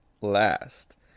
last